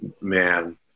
man